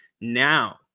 Now